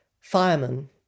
firemen